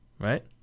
right